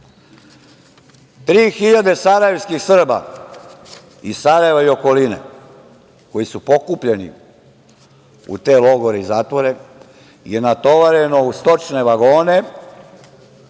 sarajevskih Srba, iz Sarajeva i okoline, koji su pokupljeni u te logore i zatvore je natovareno u stočne vagone